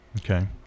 Okay